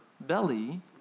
belly